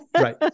Right